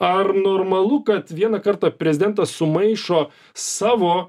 ar normalu kad vieną kartą prezidentas sumaišo savo